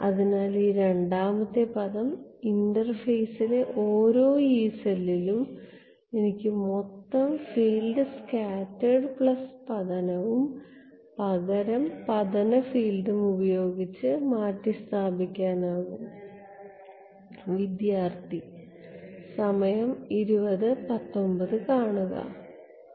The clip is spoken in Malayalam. അതിനാൽ ഈ രണ്ടാമത്തെ പദം ഇന്റർഫേസിലെ ഓരോ യീ സെല്ലിലും എനിക്ക് മൊത്തം ഫീൽഡ് സ്കാറ്റേർഡ് പ്ലസ് പതനവും പകരം പതന ഫീൽഡും ഉപയോഗിച്ച് മാറ്റിസ്ഥാപിക്കാൻ കഴിയും